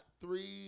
three